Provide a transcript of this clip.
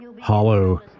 hollow